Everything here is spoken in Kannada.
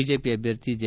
ಬಿಜೆಪಿ ಅಭ್ಯರ್ಥಿ ಜೆ